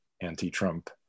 anti-Trump